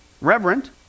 Reverent